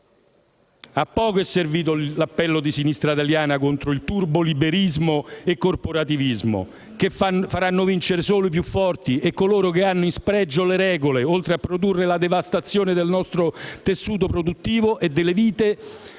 A poco è servito l'appello di Sinistra Italiana contro il turboliberismo e corporativismo, che faranno vincere solo i più forti e coloro che hanno in spregio le regole, oltre a produrre la devastazione del nostro tessuto produttivo, delle vite